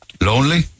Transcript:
Lonely